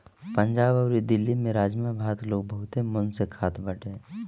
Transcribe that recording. पंजाब अउरी दिल्ली में राजमा भात लोग बहुते मन से खात बाटे